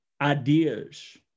ideas